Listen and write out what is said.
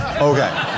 Okay